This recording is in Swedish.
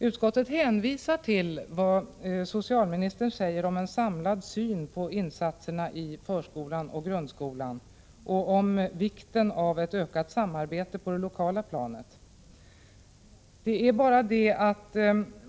Utskottet hänvisar till vad socialministern säger om en samlad syn på insatserna i förskolan och grundskolan och om vikten av ett ökat samarbete på det lokala planet.